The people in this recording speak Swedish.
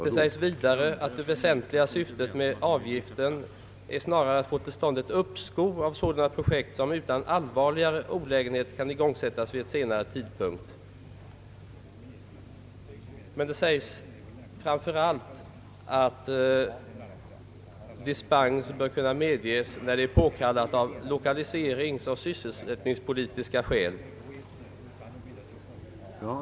Det sägs vidare att det väsentliga syftet med avgiften snarare är att få till stånd ett uppskov av sådana projekt som utan allvarligare olägenheter kan igångsättas vid en senare tidpunkt. Men det sägs framför allt att dispens bör kunna medges när det är påkallat av lokaliseringsoch sysselsättningspolitiska skäl.